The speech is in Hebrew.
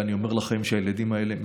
ואני אומר לכם שהילדים האלה,